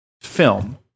film